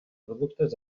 productes